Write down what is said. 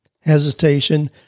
hesitation